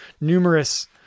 numerous